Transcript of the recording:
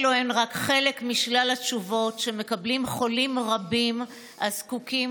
אלו רק חלק משלל התשובות שמקבלים חולים רבים הזקוקים